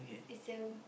it's the